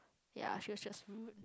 yeah she was she was